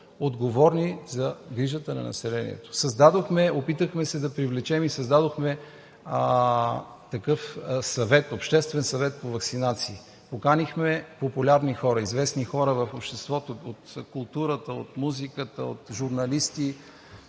отговорни за грижата на населението. Опитахме се да привлечем и създадохме Обществен съвет по ваксинации. Поканихме популярни хора, известни хора в обществото – от културата, от музиката, журналисти,